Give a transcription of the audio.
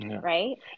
right